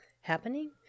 happening